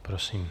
Prosím.